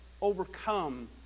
overcome